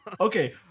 Okay